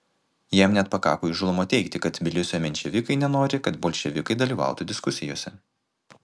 jam net pakako įžūlumo teigti kad tbilisio menševikai nenori kad bolševikai dalyvautų diskusijose